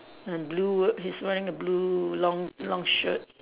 and blue he's wearing a blue long long shirt